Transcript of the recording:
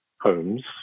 homes